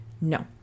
No